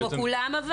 אבל, כמו כולם?